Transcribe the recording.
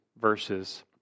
verses